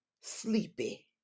sleepy